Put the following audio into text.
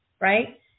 right